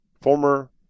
former